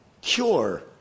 cure